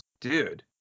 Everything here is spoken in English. Dude